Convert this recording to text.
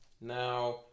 Now